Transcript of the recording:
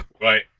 right